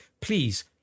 Please